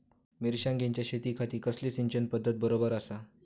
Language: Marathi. मिर्षागेंच्या शेतीखाती कसली सिंचन पध्दत बरोबर आसा?